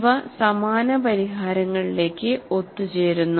അവ സമാന പരിഹാരങ്ങളിലേക്ക് ഒത്തുചേരുന്നു